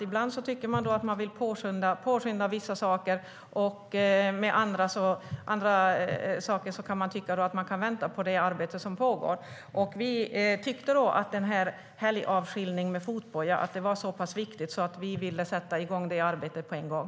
Ibland vill man påskynda vissa saker, och i fråga om andra saker kan man tycka att man kan invänta det arbete som pågår. Vi tyckte att frågan om helgavskiljning med fotboja var så pass viktig att vi ville sätta i gång det arbetet på en gång.